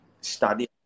study